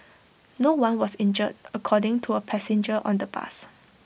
no one was injured according to A passenger on the bus